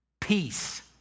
peace